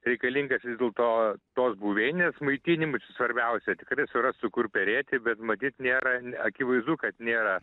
reikalingas dėl to tos buveinės maitinimui svarbiausia tikrai surasiu kur perėti bet matyt nėra akivaizdu kad nėra